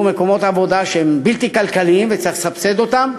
מקומות עבודה שהם בלתי כלכליים וצריך לסבסד אותם,